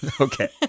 Okay